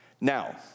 Now